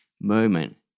moment